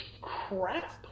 crap